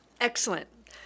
Excellent